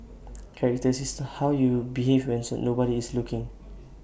character is how you behave when nobody is looking